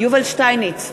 יובל שטייניץ,